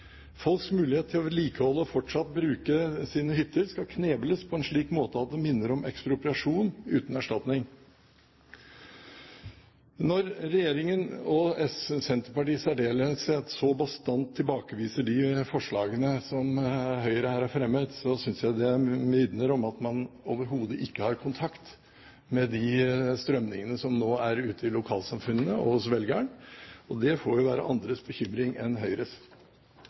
å vedlikeholde og fortsatt bruke sine hytter skal knebles på en slik måte at det minner om ekspropriasjon, uten erstatning. Når regjeringen – og Senterpartiet i særdeleshet – så bastant tilbakeviser de forslagene som Høyre her har fremmet, synes jeg det vitner om at man overhodet ikke har kontakt med de strømningene som nå er ute i lokalsamfunnene og hos velgeren. Det får jo være andres bekymring enn Høyres.